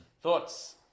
Thoughts